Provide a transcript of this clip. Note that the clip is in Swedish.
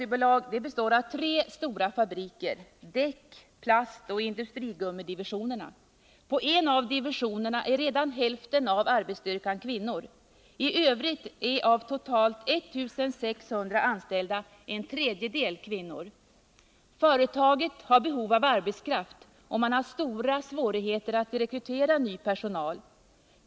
Gislaved AB består av tre stora fabriker, däck-, plastoch industrigum — Jämställdhet melmidivisionerna. På en av divisionerna är redan hälften av arbetsstyrkan kvinnor. I övrigt är av totalt 1 600 anställda en tredjedel kvinnor. Företaget har behov av arbetskraft och man har stora svårigheter att rekrytera ny personal.